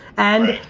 and,